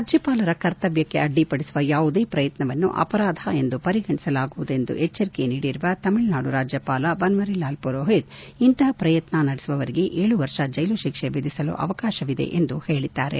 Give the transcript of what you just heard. ರಾಜ್ಯಪಾಲರ ಕರ್ತವ್ಯಕ್ಷೆ ಅಡ್ಡಿಪಡಿಸುವ ಯಾವುದೇ ಪ್ರಯತ್ನವನ್ನು ಅಪರಾಧ ಎಂದು ಪರಿಗಣಿಸಲಾಗುವುದು ಎಂದು ಎಚ್ಚರಿಕೆ ನೀಡಿರುವ ತಮಿಳುನಾಡು ರಾಜ್ಯಪಾಲ ಬನ್ದರಿಲಾಲ್ ಪುರೋಹಿತ್ ಇಂತಹ ಪ್ರಯತ್ನ ನಡೆಸುವವರಿಗೆ ಏಳು ವರ್ಷ ಜೈಲು ಶಿಕ್ಷೆ ವಿಧಿಸಲು ಅವಕಾಶವಿದೆ ಎಂದು ಹೇಳಿದಾರೆ